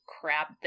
crap